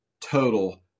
total